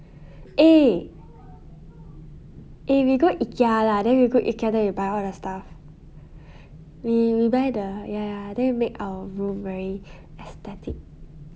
eh eh we go ikea lah then we go ikea buy all the stuff we we buy the ya ya then we make our room very aesthetic